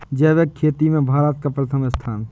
जैविक खेती में भारत का प्रथम स्थान